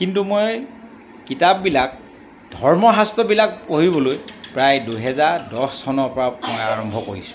কিন্তু মই কিতাপবিলাক ধৰ্মশাস্ত্ৰবিলাক পঢ়িবলৈ প্ৰায় দুহেজাৰ দহ চনৰ পৰা মই আৰম্ভ কৰিছোঁ